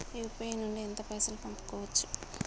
UPI నుండి ఎంత పైసల్ పంపుకోవచ్చు?